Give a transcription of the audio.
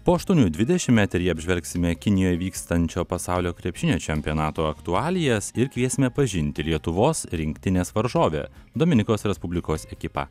po aštuonių dvidešim eteryje apžvelgsime kinijoje vykstančio pasaulio krepšinio čempionato aktualijas ir kviesime pažinti lietuvos rinktinės varžovę dominikos respublikos ekipą